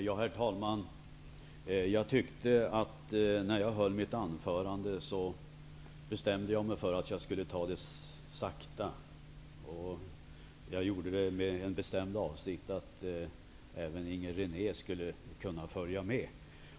Herr talman! Jag bestämde mig för att tala långsamt när jag höll mitt anförande. Det gjorde jag med den bestämda avsikten att även Inger René skulle kunna följa med.